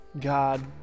God